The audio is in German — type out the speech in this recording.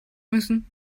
müssen